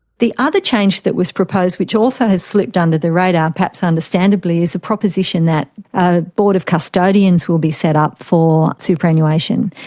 the other change that was proposed which also has slipped under the radar, perhaps understandably, is the proposition that a board of custodians will be set up for superannuation.